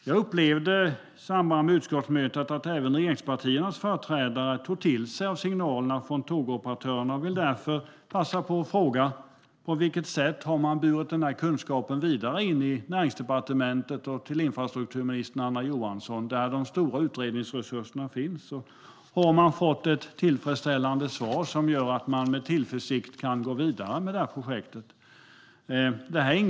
Jag upplevde i samband med utskottsmötet att även regeringspartiernas företrädare tog till sig av signalerna från Tågoperatörerna. Jag vill därför passa på att fråga på vilket sätt ni har burit den kunskapen vidare in i Näringsdepartementet och till infrastrukturminister Anna Johansson, där de stora utredningsresurserna finns. Har ni fått ett tillfredsställande svar, som gör att man med tillförsikt kan gå vidare med projektet?